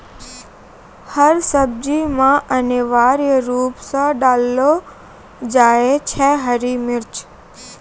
हर सब्जी मॅ अनिवार्य रूप सॅ डाललो जाय छै हरी मिर्च